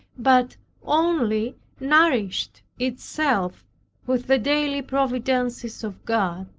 but only nourished itself with the daily providences of god.